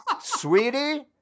sweetie